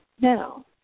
Now